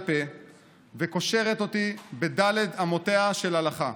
פה וקושרת אותי בד' אמותיה של הלכה.